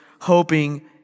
hoping